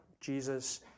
Jesus